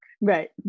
Right